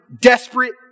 desperate